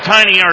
Tiny